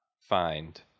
find